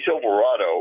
Silverado